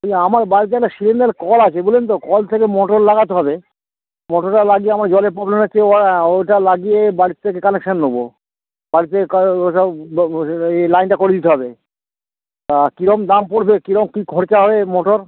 এই আমার বাড়িতে না সিলিন্ডারের কল আছে বুঝলেন তো কল থেকে মোটর লাগাতে হবে মোটরটা লাগিয়ে আমার জলের প্রবলেম হচ্ছে ও আর ওটা লাগিয়ে বাড়ির থেকে কানেকশান নেবো বাড়ির থেকে কা ওটা এই লাইনটা করিয়ে দিতে হবে কিরকম দাম পড়বে কিরকম কী খরচা হবে মোটর